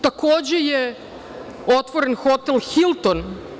Takođe je otvoren hotel „Hilton“